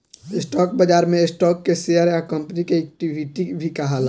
stock बाजार में stock के शेयर या कंपनी के इक्विटी भी कहाला